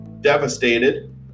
Devastated